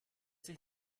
sich